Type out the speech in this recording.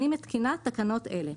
אני מתקינה תקנות אלה: